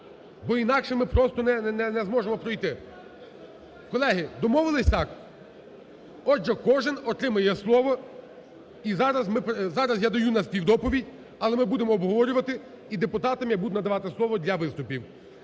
бо інакше ми просто не зможемо пройти. Колеги, домовились, так? Отже, кожен отримає слово. І зараз я даю на співдоповідь, але ми будемо обговорювати і депутатам я буду надавати слово для виступів.